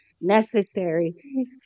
necessary